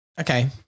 Okay